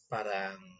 Parang